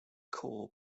core